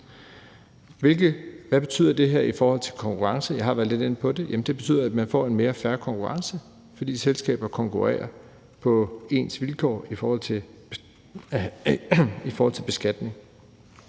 Hvad betyder det her i forhold til konkurrence? Jeg har været lidt inde på det; det betyder, at man får en mere fair konkurrence, fordi selskaberne konkurrerer på ens vilkår i forhold til beskatning.